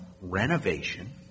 renovation